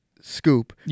scoop